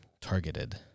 targeted